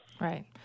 Right